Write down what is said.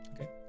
Okay